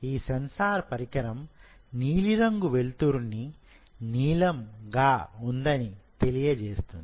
ఈ సెన్సార్ పరికరం నీలం రంగు వెలుతురు నీలం గా ఉందని తెలియజేస్తుంది